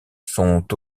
sont